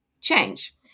change